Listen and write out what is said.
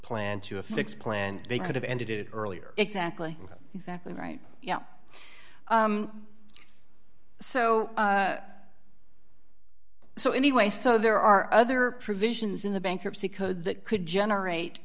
planned to a fixed plan they could have ended it earlier exactly exactly right yeah so so anyway so there are other provisions in the bankruptcy code that could generate